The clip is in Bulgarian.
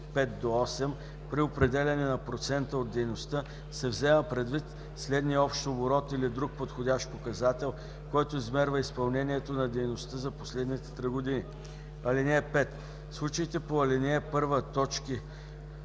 5-8 при определяне на процента от дейността се взема предвид средният общ оборот или друг подходящ показател, който измерва изпълнението на дейността за последните три години. (5) В случаите по ал. 1, т.